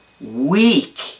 weak